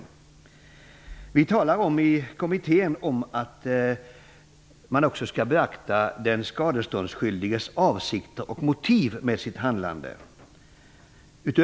I kommittén talar vi om att man utöver ursäktligheten också skall beakta den skadeståndsskyldiges avsikter med och motiv för sitt handlande.